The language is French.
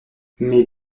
mais